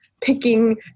picking